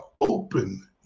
open